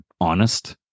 honest